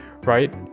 right